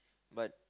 but